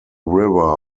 river